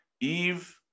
Eve